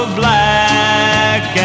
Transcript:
black